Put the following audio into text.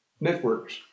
networks